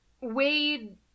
Wade